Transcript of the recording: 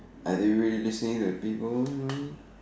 are you really listening to people mm